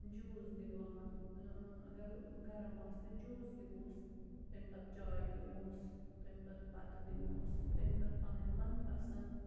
juice دِوان اَگر گرٕم آسہِ تہٕ جوٗس دِمو تَمہِ پَتہٕ چاے دِموس تَمہِ پَتہٕ بَتہٕ دِموس تَمہِ پَتہٕ پَنٕنۍ مَن پَسند